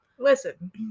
Listen